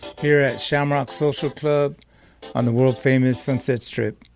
here at shamrock social club on the world famous sunset strip